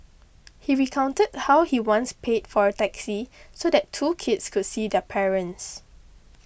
he recounted how he once paid for a taxi so that two kids could see their parents